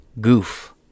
Goof